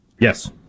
Yes